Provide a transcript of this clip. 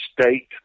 state